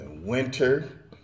winter